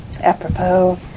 apropos